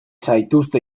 zaituzte